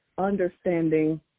understanding